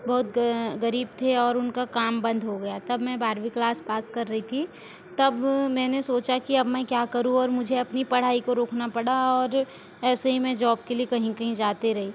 बहुत गरीब थे और उनका काम बंद हो गया था तब मैं बारहवीं क्लास पास कर रही थी तब मैंने सोचा कि अब मैं क्या करूँ और मुझे अपनी पढ़ाई को रोकना पड़ा और ऐसे ही मैं जोब के लिए कहीं कहीं जाती रही